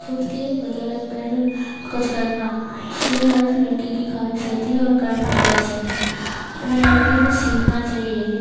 खुद के बदौलत पैरों कुछ करना ये हर लड़की की ख्वाइश होती है और करना आवश्यक है हर लड़की को सीखना चाहिए ये